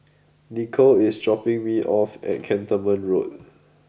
Nikko is dropping me off at Cantonment Road